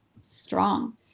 strong